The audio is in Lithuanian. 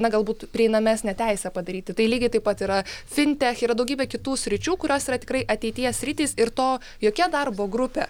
na galbūt prieinamesnę teisę padaryti tai lygiai taip pat yra fintech yra daugybė kitų sričių kurios yra tikrai ateities sritys ir to jokia darbo grupė